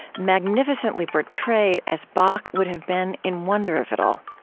magnificently portrayed as bach would have been in wonder of it all.